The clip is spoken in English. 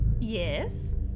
Yes